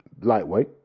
lightweight